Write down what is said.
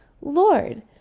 Lord